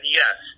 yes